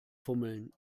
fummeln